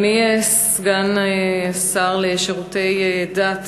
אדוני סגן השר לשירותי דת,